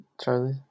Charlie